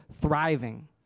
thriving